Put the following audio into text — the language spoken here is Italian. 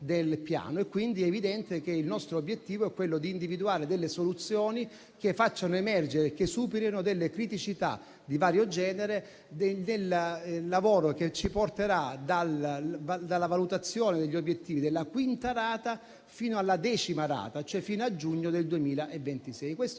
del Piano. È quindi evidente che il nostro obiettivo è individuare delle soluzioni che facciano emergere e superino delle criticità di vario genere del lavoro che ci porterà dalla valutazione degli obiettivi della quinta rata fino alla decima rata, cioè fino a giugno 2026.